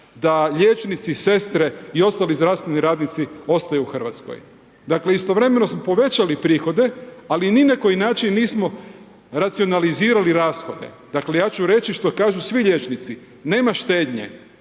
da liječnici, sestre i ostali zdravstveni radnici ostaju u Hrvatskoj. Dakle istovremeno smo povećali prohode ali ni na koji način nismo racionalizirali rashode. Dakle ja ću reći što kažu svi liječnici, nema štednje.